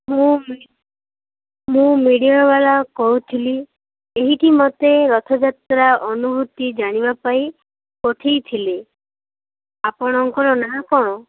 ମୁଁ ମୁଁ ମିଡ଼ିଆ ବାଲା କହୁଥିଲି ଏହିଟି ମୋତେ ରଥଯାତ୍ରା ଅନୁଭୂତି ଜାଣିବା ପାଇଁ ପଠେଇ ଥିଲେ ଆପଣଙ୍କର ନା କ'ଣ